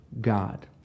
God